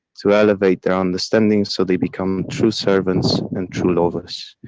to elevate their understanding so they become true servants and true lovers.